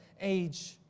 age